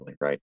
right